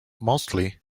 mostly